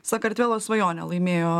sakartvelo svajonė laimėjo